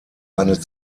eine